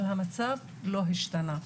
אבל המצב לא השתנה.